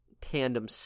tandem